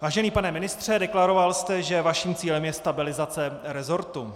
Vážený pane ministře, deklaroval jste, že vaším cílem je stabilizace resortu.